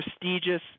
prestigious